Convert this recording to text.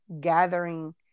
gathering